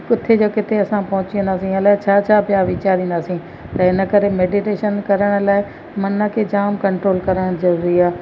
किथे जो किथे असां पहुची वेंदासीं अलाए छा छा पिया विचारींदासीं त इन करे मेडीटेशन करण लाइ मन खे जाम कंट्रोल करणु ज़रूरी आहे